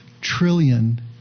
trillion